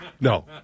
No